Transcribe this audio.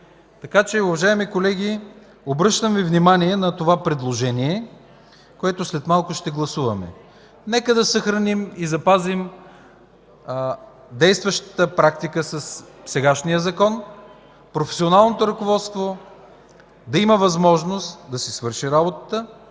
Така че, уважаеми колеги, обръщам Ви внимание на това предложение, което след малко ще гласуваме. Нека да съхраним и запазим действащата практика със сегашния закон професионалното ръководство да има възможност да си свърши работата,